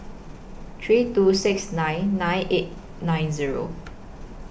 three two six nine nine eight nine Zero